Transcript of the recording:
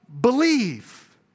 believe